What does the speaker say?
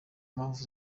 mpamvu